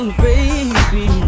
baby